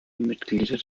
mitglieder